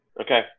Okay